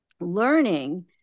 learning